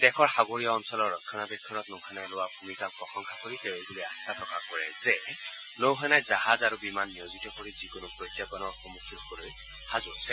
দেশৰ সাগৰীয় অঞ্চল ৰক্ষণাবেক্ষণ কৰাত নৌসেনাই লোৱা ভূমিকাক প্ৰশংসা কৰি তেওঁ এইবুলি আস্থা প্ৰকাশ কৰে যে নৌসেনাই জাহাজ আৰু বিমান নিয়োজিত কৰি যিকোনো প্ৰত্যাহবানৰ সন্মখীন কৰিবলৈ সাজু আছে